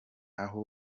aho